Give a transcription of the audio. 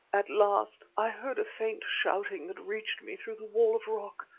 at last i heard a faint shouting that reached me through the wall of rock.